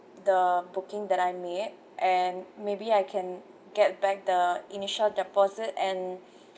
the booking that I made and maybe I can get back the initial deposit and